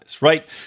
right